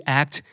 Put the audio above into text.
act